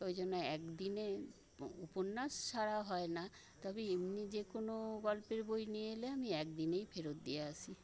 ওই জন্য একদিনে উপন্যাস সারা হয় না তবে এমনি যে কোনো গল্পের বই নিয়ে এলে আমি একদিনেই ফেরত দিয়ে আসি